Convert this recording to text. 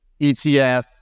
ETF